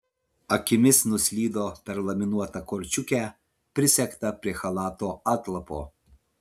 akimis nuslydo per laminuotą korčiukę prisegtą prie chalato atlapo